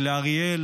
לאריאל